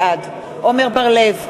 בעד עמר בר-לב,